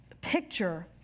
picture